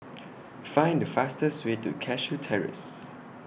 Find The fastest Way to Cashew Terrace